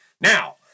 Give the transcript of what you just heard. Now